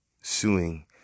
suing